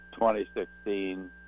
2016